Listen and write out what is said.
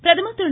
பிரதமர் திரு